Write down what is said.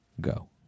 Go